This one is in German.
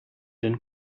den